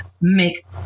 make